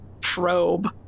probe